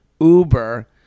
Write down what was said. Uber